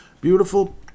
beautiful